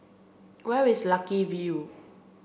where is Lucky View